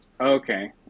okay